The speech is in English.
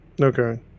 Okay